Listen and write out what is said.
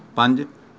ਪੰਜ